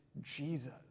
Jesus